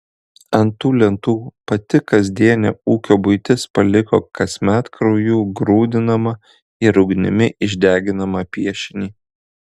ant tų lentų pati kasdienė ūkio buitis paliko kasmet krauju grūdinamą ir ugnimi išdeginamą piešinį